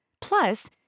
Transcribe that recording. Plus